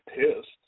pissed